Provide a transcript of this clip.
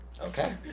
okay